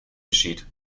geschieht